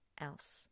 else